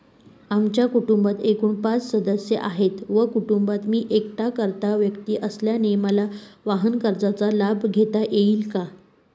आमच्या कुटुंबात एकूण पाच सदस्य आहेत व कुटुंबात मी एकटाच कर्ता व्यक्ती असल्याने मला वाहनकर्जाचा लाभ घेता येईल का?